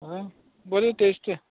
आं बरी टेस्टी